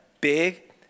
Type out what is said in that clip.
big